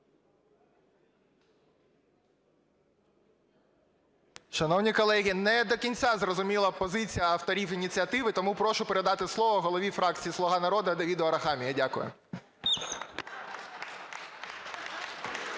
Шановні колеги, не до кінця зрозуміла позиція авторів ініціативи, тому прошу передати слово голові фракції "Слуга народу" Давиду Арахамія. Дякую.